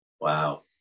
Wow